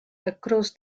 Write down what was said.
across